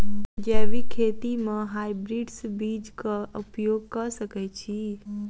जैविक खेती म हायब्रिडस बीज कऽ उपयोग कऽ सकैय छी?